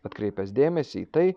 atkreipęs dėmesį į tai